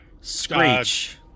Screech